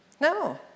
No